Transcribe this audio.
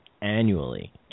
annually